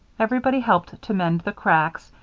everybody helped to mend the cracks,